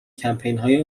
کمپینهای